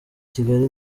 kigali